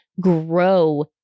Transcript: grow